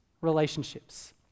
relationships